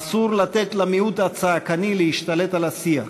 אסור לתת למיעוט הצעקני להשתלט על השיח.